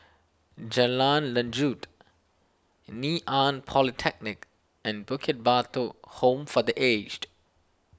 Jalan Lanjut Ngee Ann Polytechnic and Bukit Batok Home for the Aged